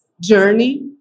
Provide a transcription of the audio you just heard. journey